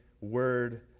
word